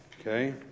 Okay